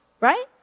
right